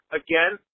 again